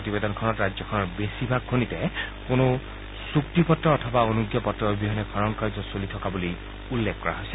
প্ৰতিবেদনখনত ৰাজ্যখনৰ বেছিভাগ খনিতে কোনো চুক্তিপত্ৰ অথবা অনুজ্ঞা পত্ৰ অবিহনে খনন কাৰ্য চলি থকা বুলি উল্লেখ কৰিছে